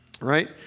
right